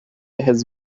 has